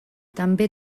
també